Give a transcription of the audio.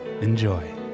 Enjoy